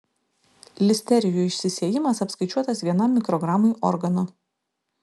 listerijų išsisėjimas apskaičiuotas vienam mikrogramui organo